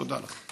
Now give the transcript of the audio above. תודה לך.